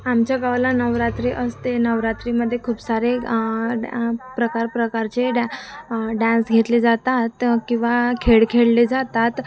आमच्या गावाला नवरात्री असते नवरात्रीमध्ये खूप सारे डॅ प्रकार प्रकारचे डॅ डान्स घेतले जातात किंवा खेळ खेळले जातात